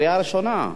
(תקופת כהונתו של נשיא בית-הדין השרעי לערעורים),